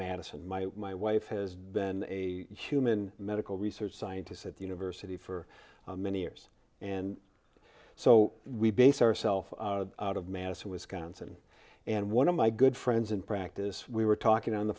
madison my my wife has been a human medical research scientist at the university for many years and so we base our self out of madison wisconsin and one of my good friends and practice we were talking on the